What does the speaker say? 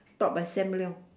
taught by sam-leong